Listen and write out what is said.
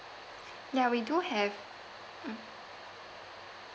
ya we do have mm